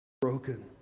broken